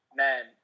man